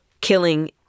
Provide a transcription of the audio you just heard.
Killing